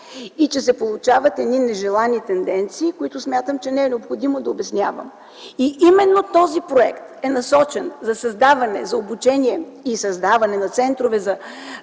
и се получават едни нежелани тенденции, които смятам, че не е необходимо да обяснявам. Именно този проект е насочен за обучение и създаване на центрове